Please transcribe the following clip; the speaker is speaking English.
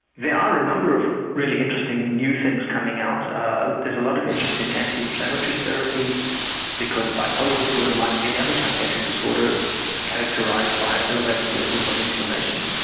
there are a number of really interesting new things coming out. ah there's a lot of interest in anti-inflammatory therapies because bipolar disorder, like many other psychiatric disorders, is characterised by elevated levels of inflammation.